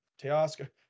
Teoscar